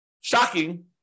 shocking